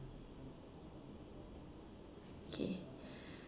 okay